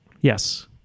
Yes